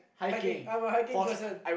hiking I'm a hiking person